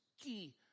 key